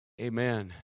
Amen